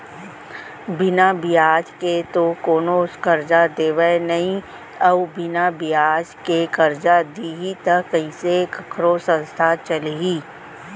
बिना बियाज के तो कोनो करजा देवय नइ अउ बिना बियाज के करजा दिही त कइसे कखरो संस्था चलही